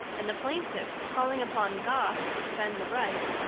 and the plaintiff, calling upon god to defend the right,